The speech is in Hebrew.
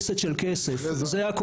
MRI זה מדפסת של כסף, זה הכול.